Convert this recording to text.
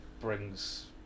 brings